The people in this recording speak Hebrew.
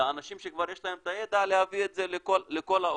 לאנשים שכבר יש להם את הידע להביא את זה לכל האוכלוסייה.